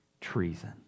treason